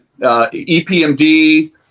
epmd